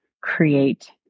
create